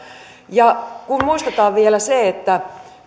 kun muistetaan vielä se että